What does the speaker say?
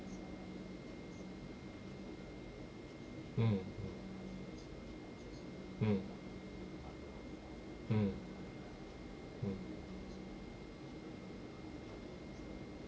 mm mm mm mm